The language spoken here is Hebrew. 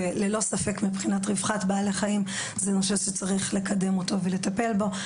וללא ספק מבחינת רווחת בעלי חיים זה נושא שצריך לקדם אותו ולטפל בו.